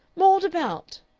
mauled about!